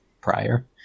prior